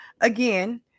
again